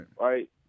right